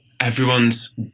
Everyone's